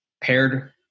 paired